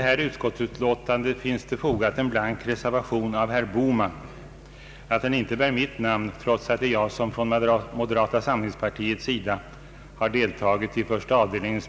Herr talman!